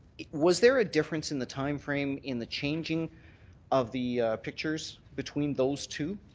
was there a difference in the time frame in the changing of the pictures between those two?